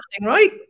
right